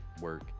work